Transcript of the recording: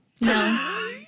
No